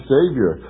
Savior